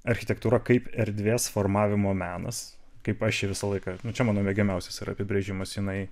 architektūra kaip erdvės formavimo menas kaip aš čia visą laiką nu čia mano mėgiamiausias yra apibrėžimas jinai